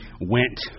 went